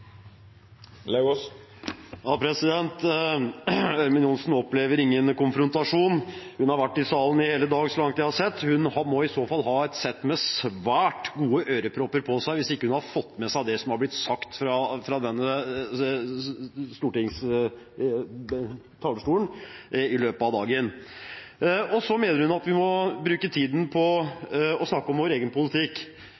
Ørmen Johnsen opplever ingen konfrontasjon. Hun har vært i salen i hele dag, så langt jeg har sett. Hun må ha et sett med svært gode ørepropper hvis hun ikke har fått med seg det som har blitt sagt fra denne talerstolen i løpet av dagen. Hun mener at vi må bruke tiden på